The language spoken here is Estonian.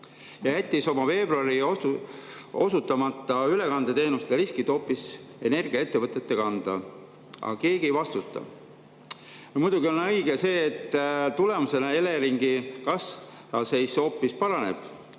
ja jättis oma veebruari osutamata ülekandeteenuste riskid hoopis energiaettevõtete kanda. Aga keegi ei vastuta. Muidugi on õige see, et tulemusena Eleringi kassaseis hoopis paraneb.